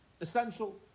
Essential